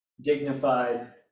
dignified